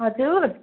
हजुर